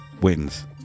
wins